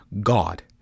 God